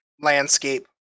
landscape